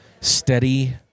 steady